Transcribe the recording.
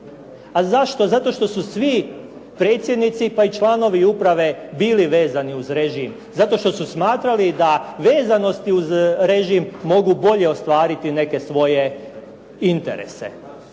A zašto, zato što su svi predsjednici pa i članovi uprave bili vezani uz režim. Zato što su smatrali da vezanosti uz režim mogu bolje ostvariti neke svoje interese.